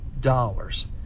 dollars